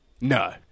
No